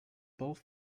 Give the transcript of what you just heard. both